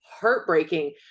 heartbreaking